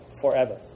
forever